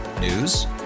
News